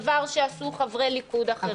דבר שעשו חברי ליכוד אחרים.